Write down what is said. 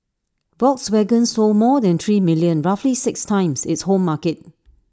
Volkswagen sold more than three million roughly six times its home market